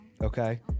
okay